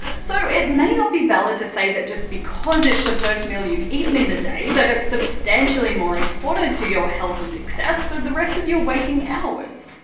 so it may not be valid to say that just because it's the first meal you've eaten in a day that it's substantially more important to your health and success for the rest of your waking hours.